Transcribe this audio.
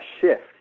shift